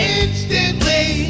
instantly